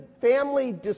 family